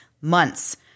months